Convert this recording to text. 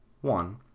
One